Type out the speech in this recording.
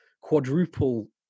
quadruple